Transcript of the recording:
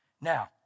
Now